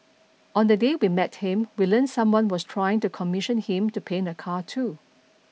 on the day we met him we learnt someone was trying to commission him to paint a car too